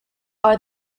are